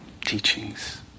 teachings